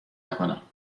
نکنم